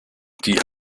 die